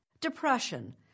Depression